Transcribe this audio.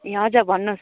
ए हजुर भन्नुहोस्